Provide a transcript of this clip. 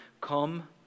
Come